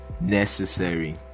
necessary